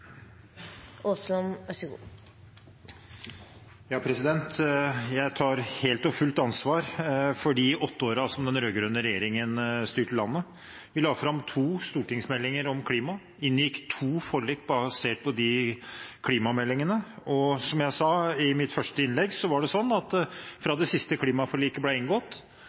Jeg tar fullt og helt ansvar for de åtte årene da den rød-grønne regjeringen styrte landet. Vi la fram to stortingsmeldinger om klima, inngikk to forlik basert på disse klimameldingene, og, som jeg sa i mitt første innlegg: Fra det siste klimaforliket ble inngått